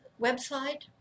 website